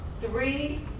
three